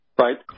right